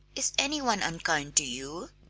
is any one unkind to you?